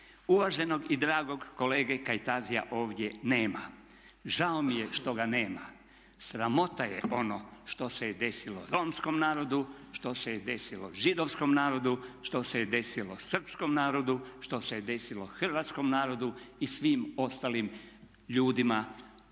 uvaženog i dragog kolega Kajtazija ovdje nema, žao mi je što ga nema. Sramota je ono što se desilo romskom narodu, što se desilo židovskom narodu, što se desilo srpskom narodu, što se desilo hrvatskom narodu i svim ostalim ljudima